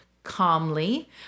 calmly